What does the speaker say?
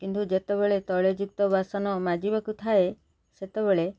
କିନ୍ତୁ ଯେତେବେଳେ ତୈଳଯୁକ୍ତ ବାସନ ମାଜିବାକୁ ଥାଏ ସେତେବେଳେ